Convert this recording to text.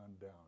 down